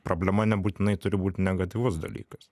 problema nebūtinai turi būt negatyvus dalykas